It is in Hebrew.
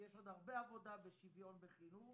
יש עוד הרבה עבודה בשוויון בחינוך.